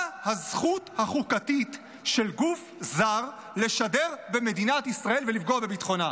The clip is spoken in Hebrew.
מה הזכות החוקתית של גוף זר לשדר במדינת ישראל ולפגוע בביטחונה?